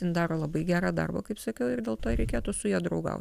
jin daro labai gerą darbą kaip sakiau ir dėl to reikėtų su ja draugaut